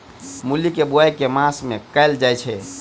मूली केँ बोआई केँ मास मे कैल जाएँ छैय?